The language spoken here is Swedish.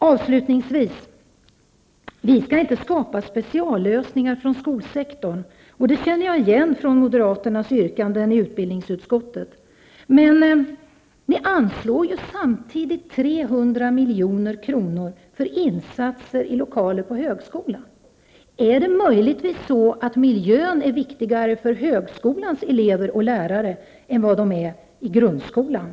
Avslutningsvis sade statsrådet att man inte skall skapa speciallösningar för skolsektorn. Det känner jag igen från moderaternas yrkanden i utbildningsutskottet. Samtidigt anslår ni 300 milj.kr. för insatser i lokaler på högskolan. Är det möjligtvis så att miljön är viktigare för högskolans elever och lärare än den är för grundskolans?